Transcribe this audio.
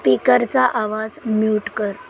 स्पीकरचा आवाज म्यूट कर